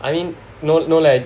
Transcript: I mean no no leh